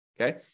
Okay